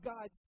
God